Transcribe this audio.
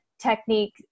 Technique